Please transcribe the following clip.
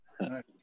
Nice